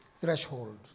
threshold